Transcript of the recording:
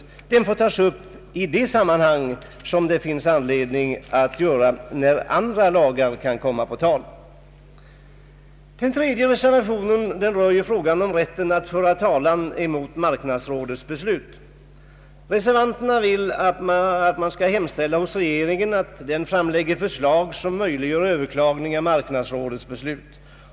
Frågan får tas upp i annat sammanhang när andra lagar kan komma på tal. Den tredje reservationen behandlar rätten att föra talan emot marknadsrådets beslut. Reservanterna vill att riksdagen skall hemställa hos regeringen att den framlägger förslag som möjliggör överklagande av marknadsrådets beslut.